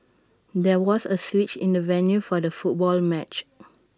there was A switch in the venue for the football match